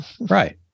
right